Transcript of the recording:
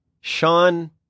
Sean